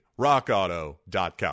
rockauto.com